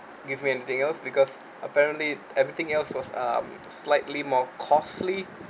give me anything else because apparently everything else was um slightly more costly